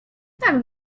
tak